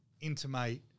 intimate